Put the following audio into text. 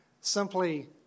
simply